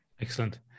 Excellent